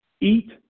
eat